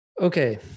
Okay